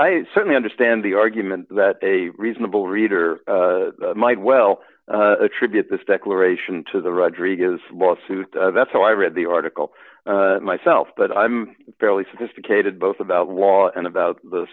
i certainly understand the argument that a reasonable reader might well attribute this declaration to the rodriguez's lawsuit that so i read the article myself but i'm fairly sophisticated both about law and about the